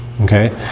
Okay